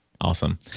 Awesome